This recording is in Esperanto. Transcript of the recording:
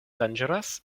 danĝeras